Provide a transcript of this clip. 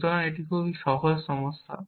সুতরাং এটি একটি খুব সহজ সমস্যা